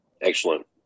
Excellent